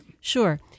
Sure